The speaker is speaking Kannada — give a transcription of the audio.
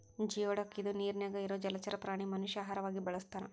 ಜಿಯೊಡಕ್ ಇದ ನೇರಿನ್ಯಾಗ ಇರು ಜಲಚರ ಪ್ರಾಣಿ ಮನಷ್ಯಾ ಆಹಾರವಾಗಿ ಬಳಸತಾರ